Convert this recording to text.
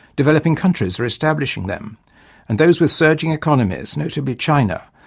developing countries are establishing them and those with surging economies, notably china,